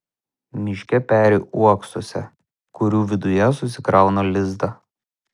miške peri uoksuose kurių viduje susikrauna lizdą